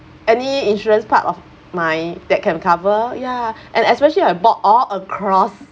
any insurance part of my that can cover ya and especially I bought all across